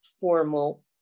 formal